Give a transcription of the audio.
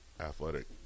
athletic